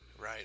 Right